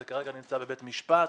זה כרגע נמצא בבית משפט